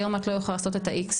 היום את לא יכולה לעשות את ה-X.